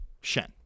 Shen